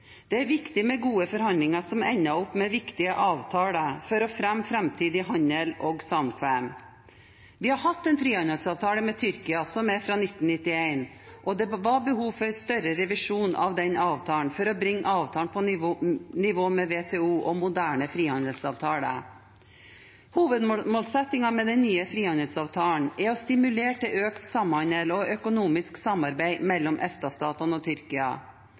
Det er viktig med gode forhandlinger som ender opp med viktige avtaler for å fremme framtidig handel og samkvem. Vi har hatt en frihandelsavtale med Tyrkia, som er fra 1991, og det var behov for større revisjon av avtalen for å bringe avtalen på nivå med WTO og moderne frihandelsavtaler. Hovedmålsettingen med den nye frihandelsavtalen er å stimulere til økt samhandel og økonomisk samarbeid mellom EFTA-statene og Tyrkia.